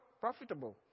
profitable